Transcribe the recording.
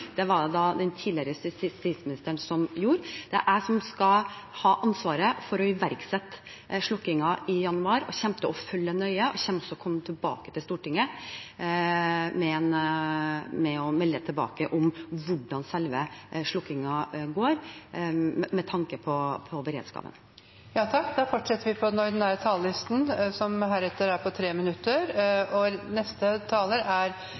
var det den tidligere justisministeren som fattet. Det er jeg som skal ha ansvaret for å iverksette slukkingen i januar. Jeg kommer til å følge den nøye. Jeg kommer også til å komme tilbake til Stortinget for å melde fra om hvordan selve slukkingen går, med tanke på beredskapen. Replikkordskiftet er omme. De talerne som heretter får ordet, har en taletid på inntil 3 minutter.